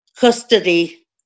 Custody